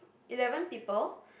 eleven people